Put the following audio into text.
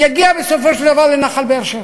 יגיע בסופו של דבר לנחל באר-שבע.